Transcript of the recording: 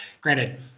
Granted